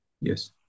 Yes